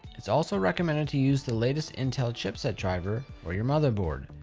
it's also recommended to use the latest intel chipset driver for your motherboard.